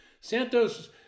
Santos